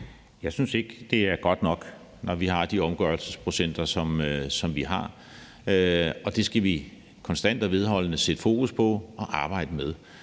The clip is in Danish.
Jeg synes ikke, det er godt nok, når vi har de omgørelsesprocenter, som vi har. Det skal vi konstant og vedholdende sætte fokus på og arbejde med.